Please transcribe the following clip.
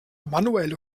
manuelle